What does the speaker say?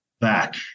back